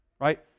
right